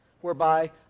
whereby